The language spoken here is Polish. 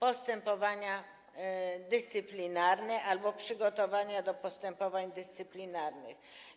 postępowania dyscyplinarne albo przygotowania do postępowań dyscyplinarnych.